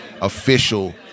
official